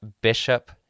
Bishop